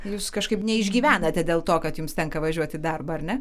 jūs kažkaip neišgyvenate dėl to kad jums tenka važiuoti į darbą ar ne